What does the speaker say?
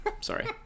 sorry